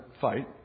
fight